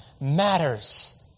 matters